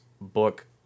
book